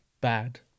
bad